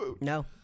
No